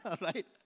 Right